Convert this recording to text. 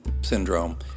syndrome